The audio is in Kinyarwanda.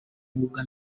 mwuga